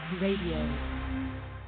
Radio